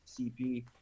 CP